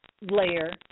layer